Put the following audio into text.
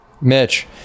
Mitch